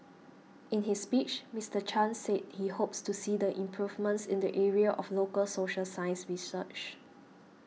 in his speech Mister Chan said he hopes to see the improvements in the area of local social science research